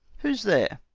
who's there?